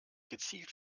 gezielt